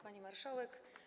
Pani Marszałek!